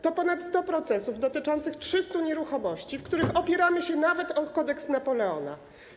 To ponad 100 procesów dotyczących 300 nieruchomości, w których opieramy się nawet na Kodeksie Napoleona.